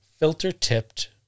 Filter-tipped